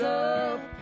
up